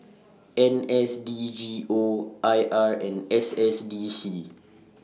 N S D G O I R and S S D C